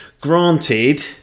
Granted